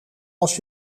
als